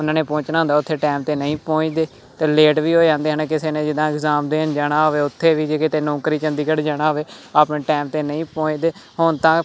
ਉਹਨਾਂ ਨੇ ਪਹੁੰਚਣਾ ਹੁੰਦਾ ਉੱਥੇ ਟਾਇਮ 'ਤੇ ਨਹੀਂ ਪਹੁੰਚਦੇ ਅਤੇ ਲੇਟ ਵੀ ਹੋ ਜਾਂਦੇ ਨੇ ਕਿਸੇ ਨੇ ਜਿੱਦਾਂ ਇਗਜ਼ਾਮ ਦੇਣ ਜਾਣਾ ਹੋਵੇ ਉੱਥੇ ਵੀ ਜੇ ਕਿਤੇ ਨੌਕਰੀ ਚੰਡੀਗੜ੍ਹ ਜਾਣਾ ਹੋਵੇ ਆਪਣੇ ਟਾਇਮ 'ਤੇ ਨਹੀਂ ਪਹੁੰਚਦੇ ਹੁਣ ਤਾਂ